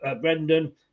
Brendan